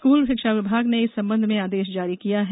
school शिक्षा विभाग ने इस संबंध में आदेश जारी किया है